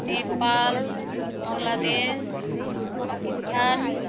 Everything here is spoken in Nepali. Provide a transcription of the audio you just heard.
नेपाल बङ्गलादेश पाकिस्तान